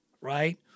right